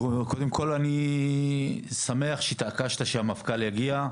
קודם כול, אני שמח שהתעקשת שהמפכ"ל יגיע.